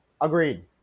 Agreed